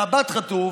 במבט חטוף,